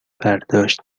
برداشت